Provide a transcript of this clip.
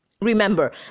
Remember